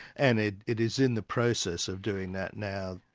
and it it is in the process of doing that now.